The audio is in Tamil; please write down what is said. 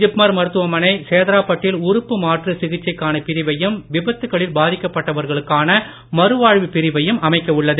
ஜிப்மர் மருத்துவமனை சேதுராப்பட்டில் உறுப்பு மாற்று சிகிச்சைக்கான பிரிவையும் விபத்துக்களில் பாதிக்கப்பட்டவர்களுக்கான மறுவாழ்வு பிரிவையும் அமைக்க உள்ளது